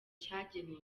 cyagenewe